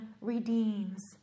redeems